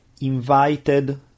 invited